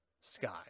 sky